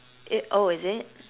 it oh is it